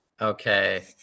Okay